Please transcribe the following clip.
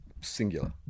Singular